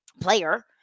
player